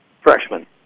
Freshman